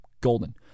golden